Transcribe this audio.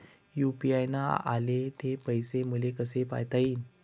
UPI न आले ते पैसे मले कसे पायता येईन?